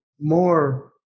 more